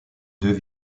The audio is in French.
deux